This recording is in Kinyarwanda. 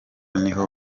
niho